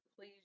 please